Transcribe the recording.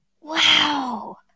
Wow